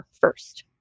first